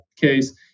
case